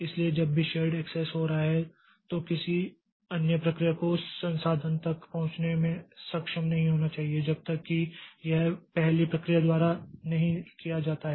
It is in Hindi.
इसलिए जब भी शेर्ड एक्सेस हो रहा है तो किसी अन्य प्रक्रिया को उस संसाधन तक पहुंचने में सक्षम नहीं होना चाहिए जब तक कि यह पहली प्रक्रिया द्वारा नहीं किया जाता है